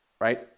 Right